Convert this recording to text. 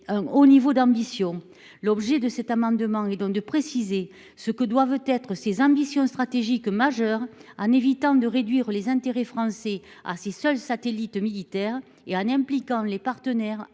un haut niveau d'ambition. L'objet de cet amendement est donc de préciser ce que doivent être ces ambitions stratégiques majeures, en évitant de réduire les intérêts français à ses seuls satellites militaires et en impliquant nos partenaires alliés,